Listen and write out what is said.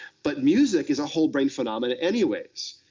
but music is a whole brain phenomena anyways.